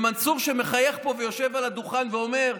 למנסור שמחייך פה ויושב על הדוכן ואומר: